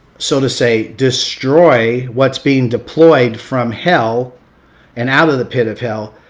so to say destroy what's being deployed from hell and out of the pit of hell.